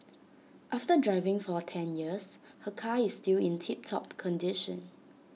after driving for ten years her car is still in tip top condition